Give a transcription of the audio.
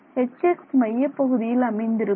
Hx மையப் பகுதியில் அமைந்திருக்கும்